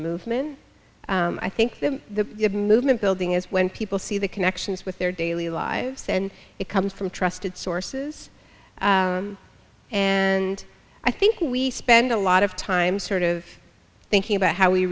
movement i think the movement building is when people see the connections with their daily lives and it comes from trusted sources and i think we spend a lot of time sort of thinking about how we